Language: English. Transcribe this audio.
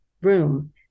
room